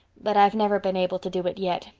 but i've never been able to do it yet,